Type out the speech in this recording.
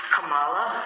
Kamala